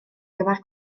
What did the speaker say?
gyfer